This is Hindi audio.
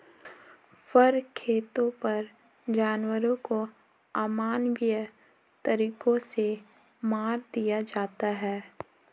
फर खेतों पर जानवरों को अमानवीय तरीकों से मार दिया जाता है